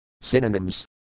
Synonyms